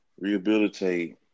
Rehabilitate